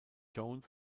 jones